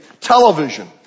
Television